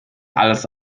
alles